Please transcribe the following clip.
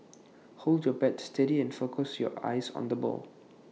hold your bat steady and focus your eyes on the ball